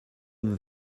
homme